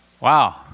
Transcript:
Wow